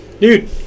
Dude